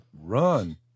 run